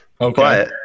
Okay